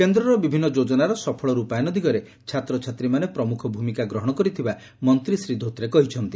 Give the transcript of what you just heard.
କେନ୍ଦର ବିଭିନ୍ନ ଯୋଜନାର ସଫଳ ରିପାୟନ ଦିଗରେ ଛାତ୍ରଛାତ୍ରୀମାନେ ପ୍ରମୁଖ ଭୂମିକା ଗ୍ରହଶ କରିଥିବା ମନ୍ତା ଶ୍ରୀ ଧୋତ୍ରେ କହିଛନ୍ତି